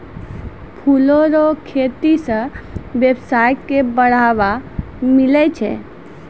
फूलो रो खेती से वेवसाय के बढ़ाबा मिलै छै